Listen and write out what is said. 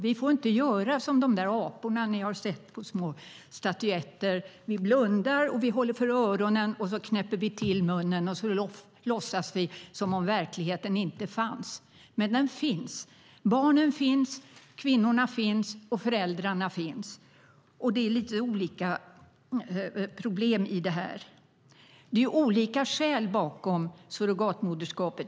Vi får inte göra som de där små aporna ni har sett statyetter av: De blundar, håller för öronen, knäpper till munnen och låtsas som om verkligheten inte fanns. Den finns. Barnen finns. Kvinnorna finns och föräldrarna finns. Det är lite olika problem i det här. Det finns olika skäl bakom surrogatmoderskap.